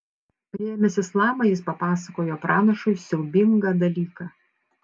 priėmęs islamą jis papasakojo pranašui siaubingą dalyką